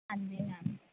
ਹਾਂਜੀ ਮੈਮ